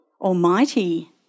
Almighty